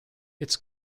its